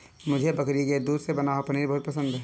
मुझे बकरी के दूध से बना हुआ पनीर बहुत पसंद है